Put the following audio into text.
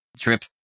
trip